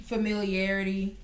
Familiarity